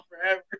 forever